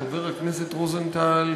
חבר הכנסת רוזנטל,